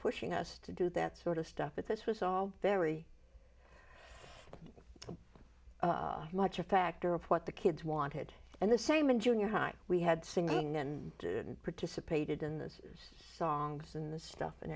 pushing us to do that sort of stuff but this was all very much a factor of what the kids wanted and the same in junior high we had singing and participated in those songs in the stuff and